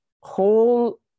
whole